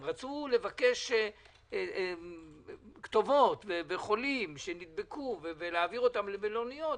הם רצו לבקש כתובות ושמות של חולים שנדבקו ולהעביר אותם למלוניות